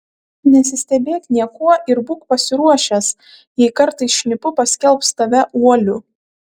nesistebėk niekuo ir būk pasiruošęs jei kartais šnipu paskelbs tave uoliu